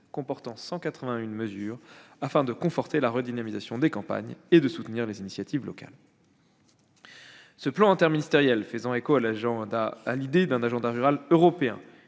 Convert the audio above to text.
comportant 181 mesures visant à conforter la redynamisation des campagnes et à soutenir les initiatives locales. Ce plan interministériel, qui fait écho à l'idée d'un agenda rural européen,